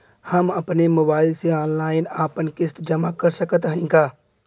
हम अपने मोबाइल से ऑनलाइन आपन किस्त जमा कर सकत हई का?